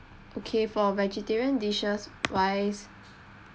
okay for vegetarian dishes wise